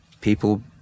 people